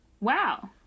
Wow